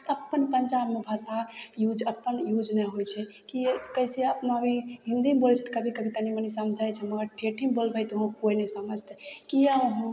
तऽ अप्पन पंजाबमे भाषा यूज अप्पन यूज नहि होइ छै किएक कैसे अपना भी हिन्दीमे बोलय छै तऽ कभी कभी तनी मनी समझय छै मगर ठेठीमे बोलबय तऽ वहाँ कोइ नहि समझतय किएक